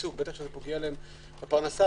בעיסוק ובפרנסה,